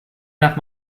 nach